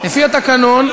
לפי התקנון,